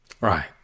Right